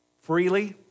freely